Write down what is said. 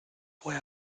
woher